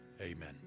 amen